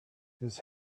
his